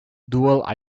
dual